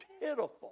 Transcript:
pitiful